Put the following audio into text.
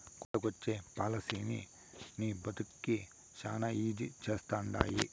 కొత్తగొచ్చే పాలసీలనీ నీ బతుకుని శానా ఈజీ చేస్తండాయి